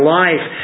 life